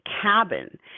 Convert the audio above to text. cabin